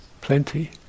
plenty